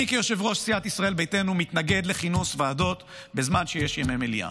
אני כיושב-ראש סיעת ישראל ביתנו מתנגד לכינוס ועדות בזמן שיש ימי מליאה,